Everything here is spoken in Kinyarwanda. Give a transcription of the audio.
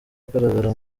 ugaragara